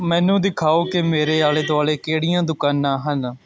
ਮੈਨੂੰ ਦਿਖਾਓ ਕਿ ਮੇਰੇ ਆਲੇ ਦੁਆਲੇ ਕਿਹੜੀਆਂ ਦੁਕਾਨਾਂ ਹਨ